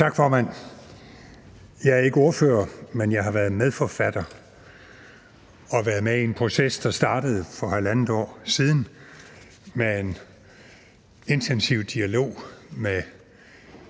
Tak, formand. Jeg er ikke ordfører, men jeg har været medforfatter og været med i en proces, der startede for halvandet år siden med en intensiv dialog med